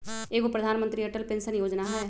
एगो प्रधानमंत्री अटल पेंसन योजना है?